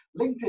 LinkedIn